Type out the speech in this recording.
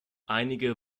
einige